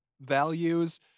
values